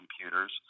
computers